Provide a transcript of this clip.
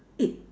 eight